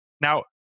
Now